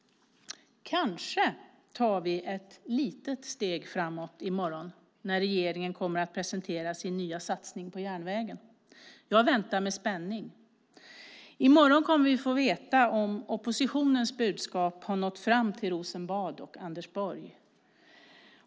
Kanske tar vi ett litet steg framåt i morgon när regeringen kommer att presentera sin nya satsning på järnvägen. Jag väntar med spänning. I morgon kommer vi att få veta om oppositionens budskap har nått fram till Rosenbad och Anders Borg.